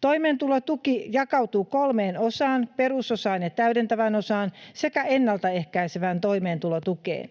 Toimeentulotuki jakautuu kolmeen osaan: perusosaan ja täydentävään osaan sekä ennalta ehkäisevään toimeentulotukeen.